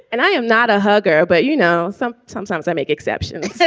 and i am not a hugger, but you know, some. sometimes i make exceptions. so